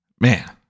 man